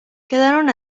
quedaron